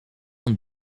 een